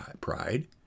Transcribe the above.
Pride